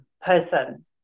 person